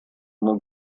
ему